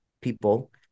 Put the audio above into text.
people